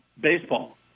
baseball